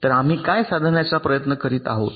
तर आम्ही काय साध्य करण्याचा प्रयत्न करीत आहोत